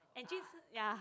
and jun sheng ya